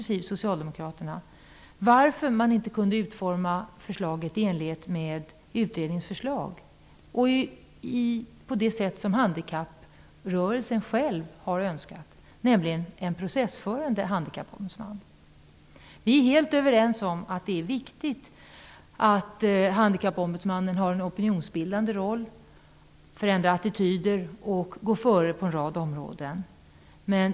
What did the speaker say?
Socialdemokraterna, varför man inte kunde utforma förslaget i enlighet med utredningens förslag på det sätt handikapprörelsen själv önskat, nämligen en processförande handikappombudsman. Vi är helt överens om att det är viktigt att Handikappombudsmannen har en opinionsbildande roll där han förändrar attityder och går före på en rad områden.